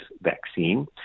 vaccine